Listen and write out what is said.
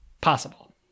possible